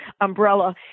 umbrella